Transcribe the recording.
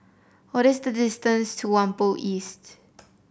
what is the distance to Whampoa East